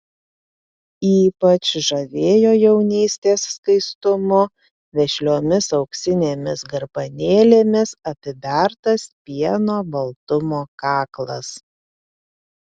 ypač žavėjo jaunystės skaistumu vešliomis auksinėmis garbanėlėmis apibertas pieno baltumo kaklas